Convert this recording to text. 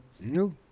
No